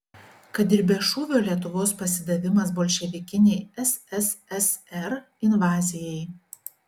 kad ir be šūvio lietuvos pasidavimas bolševikinei sssr invazijai